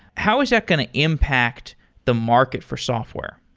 how is that going to impact the market for software?